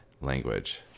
language